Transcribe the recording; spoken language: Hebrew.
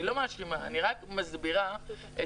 אני לא מאשימה, אני רק מסבירה את